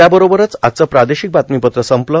याबरोबरच आजचं प्रार्दोशक बातमीपत्र संपलं